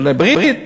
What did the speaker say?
בני ברית?